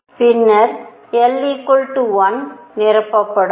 பின்னர் l 1 நிரப்பப்படும்